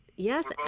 Yes